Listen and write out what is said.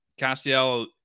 Castiel